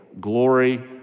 glory